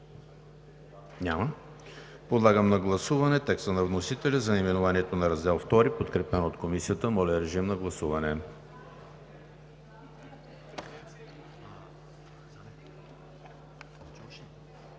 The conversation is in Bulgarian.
Няма. Подлагам на гласуване текста на вносителя за наименованието на Раздел II, подкрепен от Комисията. Гласували